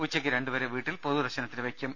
ഉച്ചയ്ക്ക് രണ്ടുവരെ വീട്ടിൽ പൊതുദർശനത്തിന് വെയ്ക്കും